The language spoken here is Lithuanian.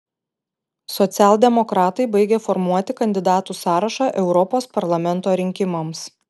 socialdemokratai baigė formuoti kandidatų sąrašą europos parlamento rinkimams